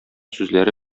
сүзләре